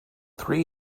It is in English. three